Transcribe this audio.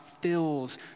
fills